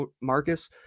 Marcus